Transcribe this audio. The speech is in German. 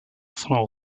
frau